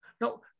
no